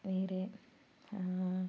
വേറെ